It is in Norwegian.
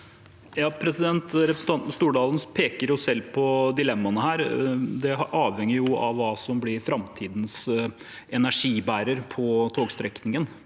ten Stordalen peker selv på dilemmaene her. Det avhenger av hva som blir framtidens energibærer på togstrekningen,